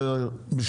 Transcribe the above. הצבעה לא אושר.